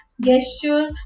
gesture